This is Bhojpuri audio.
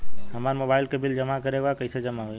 हमार मोबाइल के बिल जमा करे बा कैसे जमा होई?